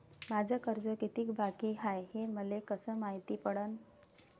माय कर्ज कितीक बाकी हाय, हे मले कस मायती पडन?